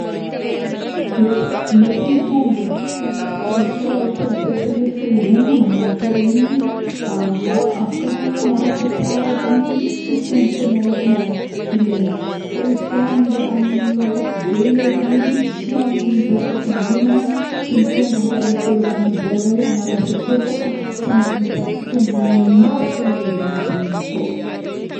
Mety, mety mitombo, izy ka ôhatra amin'ny sehatra ny fiangonagna kara igny afaka magnano asa tsara amin'igny tsisy tombon-tsoa magnokagna ilagny, fô izy ka amin'ankapobegny edy tsy amin'ny resaka fiangonagna tsy mitombogno ka mis ôlo magnano, mivolagna fa hoe anagno asa soa fô fa tsy maintsy mitady tombogny nignazy fôgna izy anatign'igny akao